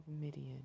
Midian